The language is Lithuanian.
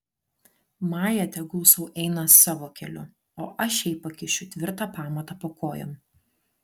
maja tegul sau eina savo keliu o aš jai pakišiu tvirtą pamatą po kojom